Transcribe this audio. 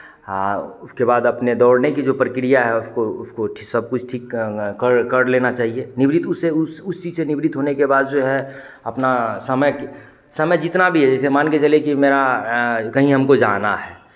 हाँ उसके बाद अपने दौड़ने की जो प्रक्रिया है उसको उसको सब कुछ ठीक कर कर लेना चाहिए निवृत्त उससे उस चीज़ से निवृत्त होने के बाद जो है अपना समय की समय जितना भी है जैसे मान के चलिए कि मेरा कहीं हमको जाना है